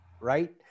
right